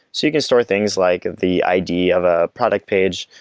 so you can store things like the id of a product page,